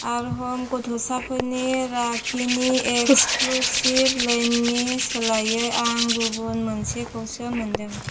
आर्हाम गथ'साफोरनि राखिनि एक्सक्लुसिव लैननि सोलायै आं गुबुन मोनसेखौसो मोनदों